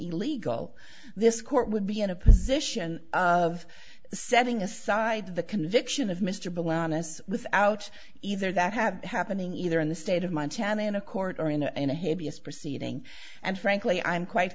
illegal this court would be in a position of setting aside the conviction of mr billow honest without either that have happening either in the state of montana in a court or in a in a hideous proceeding and frankly i'm quite